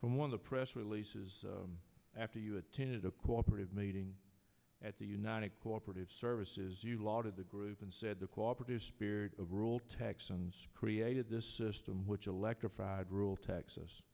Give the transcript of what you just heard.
from one of the press releases after you attended a cooperative meeting at the united cooperative services you lot of the group and said the cooperative spirit of rule texans created this system which electrified rule texas